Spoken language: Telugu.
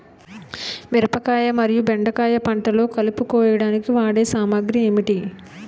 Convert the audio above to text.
మిరపకాయ మరియు బెండకాయ పంటలో కలుపు కోయడానికి వాడే సామాగ్రి ఏమిటి?